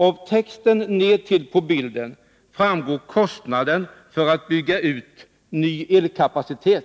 Av texten nedtill på bilden framgår kostnaden för att bygga ut ny elkapacitet